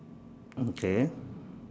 okay